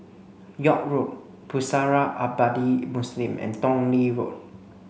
York Road Pusara Abadi Muslim and Tong Lee Road